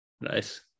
nice